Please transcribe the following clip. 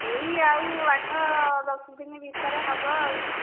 ଏଇ ଆଉ ଆଠ ଦଶ ଦିନ ଭିତରେ ହେବ ଆଉ